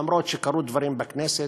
אף-על-פי שקרו דברים בכנסת,